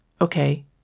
Okay